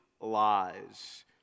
lies